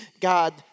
God